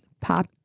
Pop